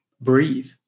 breathe